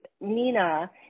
Nina